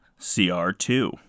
CR2